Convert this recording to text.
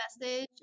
message